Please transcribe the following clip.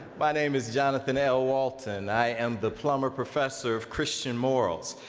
my name is jonathan l. walton, and i am the plummer professor of christian morals.